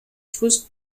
fluss